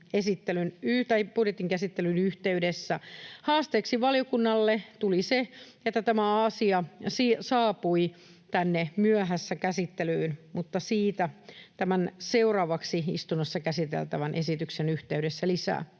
käsittelyn yhteydessä. Haasteeksi valiokunnalle tuli se, että tämä asia saapui tänne myöhässä käsittelyyn, mutta siitä tämän seuraavaksi istunnossa käsiteltävän esityksen yhteydessä lisää.